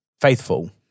faithful